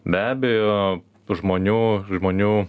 be abejo žmonių žmonių